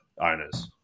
owners